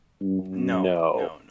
no